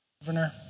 governor